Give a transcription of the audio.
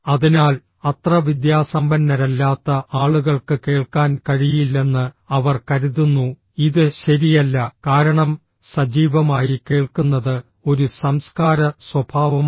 അതിനാൽ അത്ര വിദ്യാസമ്പന്നരല്ലാത്ത ആളുകൾക്ക് കേൾക്കാൻ കഴിയില്ലെന്ന് അവർ കരുതുന്നു ഇത് ശരിയല്ല കാരണം സജീവമായി കേൾക്കുന്നത് ഒരു സംസ്കാര സ്വഭാവമാണ്